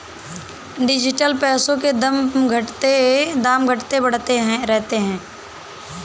digital पैसों के दाम घटते बढ़ते रहते हैं